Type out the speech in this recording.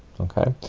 okay,